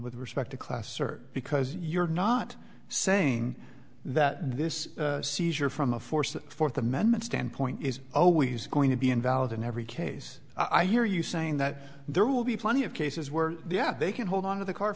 with respect to class sir because you're not saying that this seizure from a force the fourth amendment standpoint is always going to be involved in every case i hear you saying that there will be plenty of cases where the app they can hold on to the car